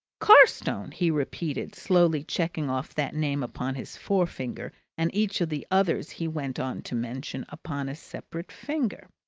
carstone, he repeated, slowly checking off that name upon his forefinger and each of the others he went on to mention upon a separate finger.